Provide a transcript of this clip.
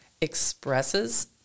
expresses